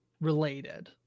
related